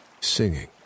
singing